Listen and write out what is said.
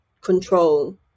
control